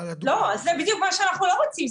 זה בדיוק מה שאנחנו לא רוצים.